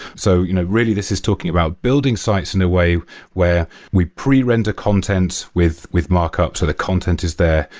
so you know really, this is talking about building sites in a way where we pre-render content with with markups, so the content is there.